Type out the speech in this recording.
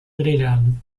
grelhado